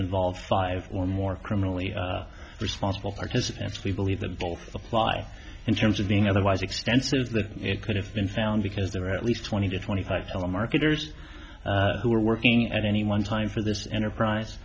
involved five or more criminally responsible participants we believe that both apply in terms of being otherwise extensive the it could have been found because there were at least twenty to twenty five telemarketers who were working at any one time for this enterprise